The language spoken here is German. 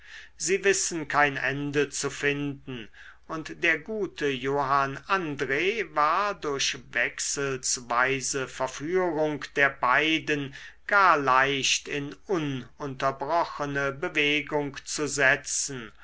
sie wissen kein ende zu finden und der gute johann andr war durch wechselsweise verführung der beiden gar leicht in ununterbrochene bewegung zu setzen